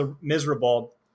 miserable